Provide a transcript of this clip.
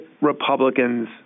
Republicans